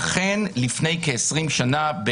אכן לפני כ-20 שנה,